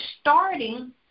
starting